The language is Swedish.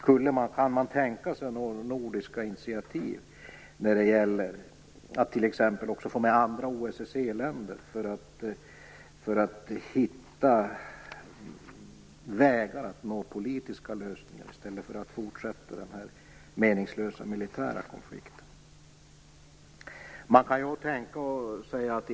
Kan man tänka sig nordiska initiativ t.ex. för att man också skall få med andra OSSE-länder så att man hittar vägar att nå politiska lösningar i stället för att den här meningslösa militära konflikten fortsätter?